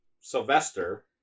Sylvester